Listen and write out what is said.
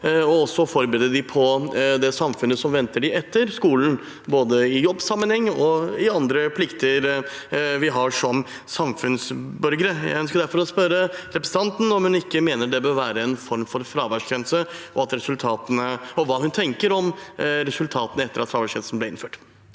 også forberede dem på det samfunnet som venter dem etter skolen, både i jobbsammenheng og gjennom andre plikter vi har som samfunnsborgere. Jeg ønsker derfor å spørre representanten om hun ikke mener det bør være en form for fraværsgrense, og hva hun tenker om resultatene etter at fraværsgrensen ble innført.